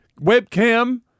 webcam